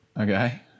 Okay